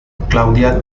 claudia